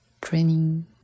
training